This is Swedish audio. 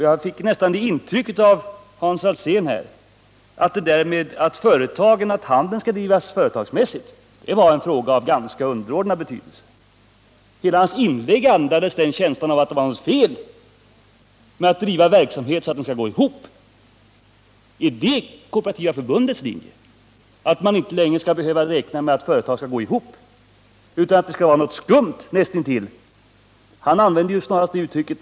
Jag fick nästan intrycket av Hans Alséns anförande att det där med att handeln skall drivas företagsmässigt var en fråga av ganska underordnad betydelse. Hela hans inlägg andades känslan av att det var något fel med att driva en verksamhet så att den skall gå ihop. Är det Kooperativa förbundets linje att man inte längre skall behöva räkna med att företag skall gå ihop utan att detta skall betraktas som någonting som är näst intill skumt?